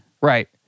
Right